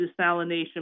desalination